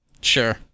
Sure